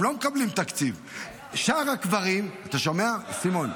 הם לא מקבלים תקציב, אתה שומע, סימון?